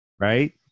right